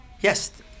Yes